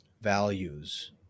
values